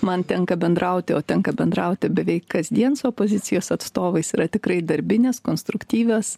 man tenka bendrauti o tenka bendrauti beveik kasdien su opozicijos atstovais yra tikrai darbinės konstruktyvios